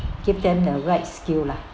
give them the right skills lah